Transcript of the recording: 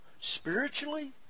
Spiritually